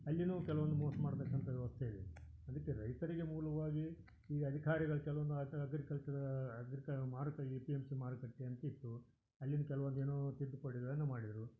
ಅಲ್ಲಿನೂ ಕೆಲ್ವೊಂದು ಮೋಸ ಮಾಡತಕ್ಕಂಥ ವ್ಯವಸ್ಥೆ ಇದೆ ಅದಕ್ಕೆ ರೈತರಿಗೆ ಮೂಲವಾಗಿ ಈ ಅಧಿಕಾರಿಗಳು ಕೆಲವೊಂದು ಅಗ್ರಿಕಲ್ಚರ ಅಗ್ರಿಕ ಮಾರುಕ ಎ ಪಿ ಎಮ್ ಸಿ ಮಾರುಕಟ್ಟೆ ಅಂತ ಇತ್ತು ಅಲ್ಲಿಂದ ಕೆಲ್ವೊಂದು ಏನೋ ತಿದ್ದುಪಡಿಗಳನ್ನು ಮಾಡಿದ್ರು